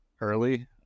early